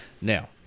now